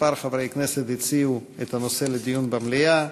כמה חברי כנסת הציעו לדון בנושא במליאה.